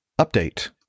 update